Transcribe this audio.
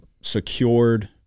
secured